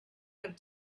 have